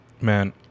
Man